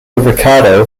ricardo